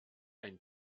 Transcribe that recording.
ein